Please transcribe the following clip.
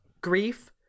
grief